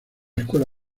escuela